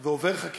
בבית ראש הממשלה,